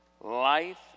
life